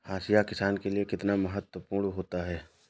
हाशिया किसान के लिए कितना महत्वपूर्ण होता है?